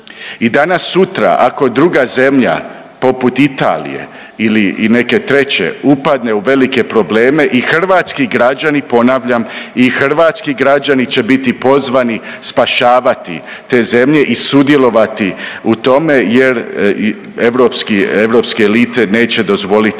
I danas sutra ako druga zemlja poput Italije ili neke treće upadne u velike probleme i hrvatski građani ponavljam i hrvatski građani će biti pozvani spašavati te zemlje i sudjelovati u tome, jer europske elite neće dozvoliti